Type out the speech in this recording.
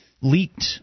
leaked